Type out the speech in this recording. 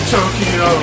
Tokyo